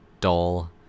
dull